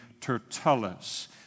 Tertullus